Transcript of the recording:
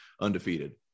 undefeated